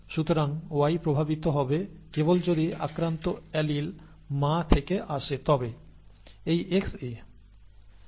সুতরাং Y প্রভাবিত হবে কেবল যদি আক্রান্ত অ্যালিল মা থেকে আসে তবে এই Xa